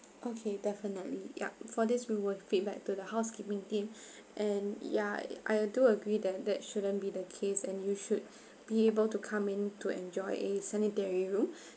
okay definitely yup for this we will feedback to the housekeeping team and ya I do agree that that shouldn't be the case and you should be able to come in to enjoy a sanitary room